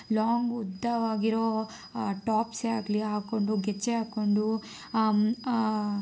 long ಉದ್ದವಾಗಿರೋ ಟಾಪ್ಸೇ ಆಗಲಿ ಹಾಕ್ಕೊಂಡು ಗೆಜ್ಜೆ ಹಾಕೊಂಡು